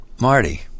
Marty